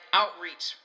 outreach